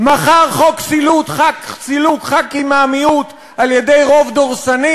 מחר חוק סילוק חברי כנסת מהמיעוט על-ידי רוב דורסני.